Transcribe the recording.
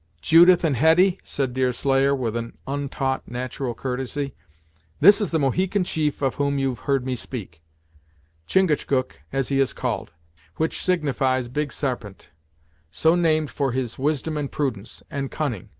judith and hetty said deerslayer, with an untaught, natural courtesy this is the mohican chief of whom you've heard me speak chingachgook as he is called which signifies big sarpent so named for his wisdom and prudence, and cunning,